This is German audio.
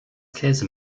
käse